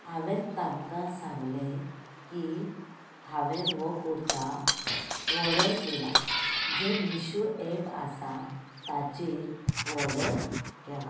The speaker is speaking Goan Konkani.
हांवेन तामकां सांगलें की हांवेन हो कुर्ता ऑर्डर केला जे मिशो एप आसा ताचेर ऑर्डर केला